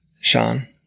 Sean